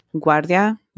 Guardia